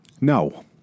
No